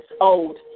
old